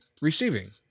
receiving